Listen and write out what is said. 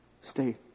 stay